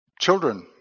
Children